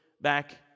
back